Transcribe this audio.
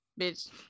bitch